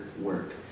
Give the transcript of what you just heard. work